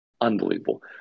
Unbelievable